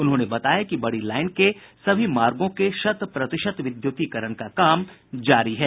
उन्होंने बताया कि बड़ी लाइन के सभी मार्गों के शत प्रतिशत विद्युतीकरण का काम जारी है